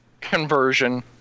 conversion